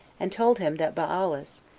and told him that baalis,